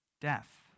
death